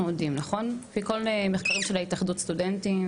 מחקרים של התאחדות הסטודנטים,